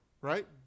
right